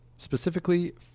Specifically